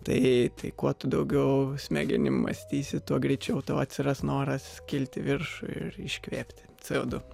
tai tai kuo tu daugiau smegenim mąstysi tuo greičiau tau atsiras noras kilti viršų ir iškvėpti co du